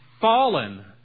fallen